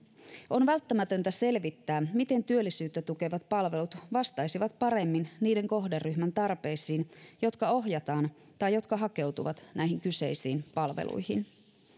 on välttämätöntä selvittää miten työllisyyttä tukevat palvelut vastaisivat paremmin niiden kohderyhmien tarpeisiin jotka ohjataan tai jotka hakeutuvat näihin kyseisiin palveluihin